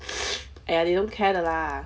!aiya! they don't care 的 lah